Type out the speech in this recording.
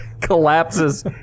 collapses